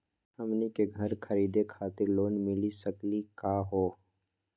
हमनी के घर खरीदै खातिर लोन मिली सकली का हो?